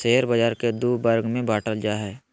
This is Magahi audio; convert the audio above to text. शेयर बाज़ार के दू वर्ग में बांटल जा हइ